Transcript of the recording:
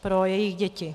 Pro jejich děti.